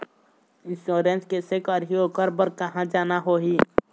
Insurance कैसे करही, ओकर बर कहा जाना होही?